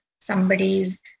somebody's